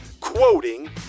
quoting